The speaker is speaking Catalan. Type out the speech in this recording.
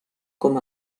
com